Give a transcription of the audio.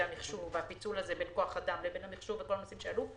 המחשוב והפיצול בין כוח אדם למחשוב וכל הנושאים שעלו.